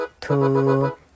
Two